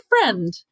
friend